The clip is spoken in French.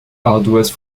ardoise